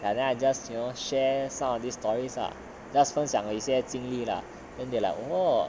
ya and then I just you know share some of these stories lah just 分享我一些经历 lah then they like !wow!